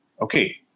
Okay